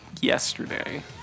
yesterday